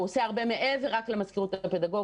הוא עושה הרבה מעבר רק למזכירות הפדגוגית,